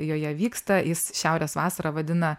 joje vyksta jis šiaurės vasarą vadina